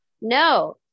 No